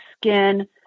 skin